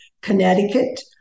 Connecticut